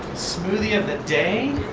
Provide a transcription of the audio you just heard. smoothie of the day,